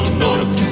north